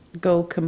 go